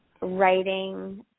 writing